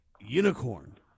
unicorn